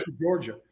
Georgia